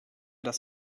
das